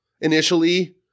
initially